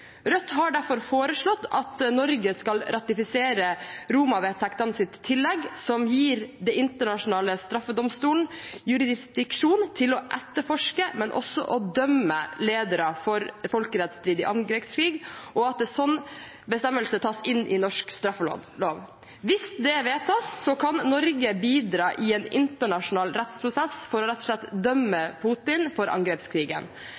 Rødt har derfor foreslått at Norge skal ratifisere Roma-vedtektenes tillegg, som gir Den internasjonale straffedomstolen jurisdiksjon til å etterforske, men også å dømme ledere for folkerettsstridig angrepskrig, og at en slik bestemmelse tas inn i norsk straffelov. Hvis det vedtas, kan Norge bidra i en internasjonal rettsprosess for rett og slett å dømme Putin for angrepskrigen,